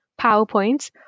PowerPoints